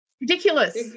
Ridiculous